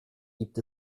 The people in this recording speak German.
gibt